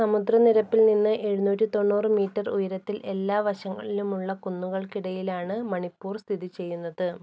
സമുദ്രനിരപ്പിൽ നിന്ന് എഴുന്നൂറ്റി തൊണ്ണൂറ് മീറ്റർ ഉയരത്തിൽ എല്ലാ വശങ്ങളിലുമുള്ള കുന്നുകൾക്കിടയിലാണ് മണിപ്പുർ സ്ഥിതി ചെയ്യുന്നത്